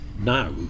now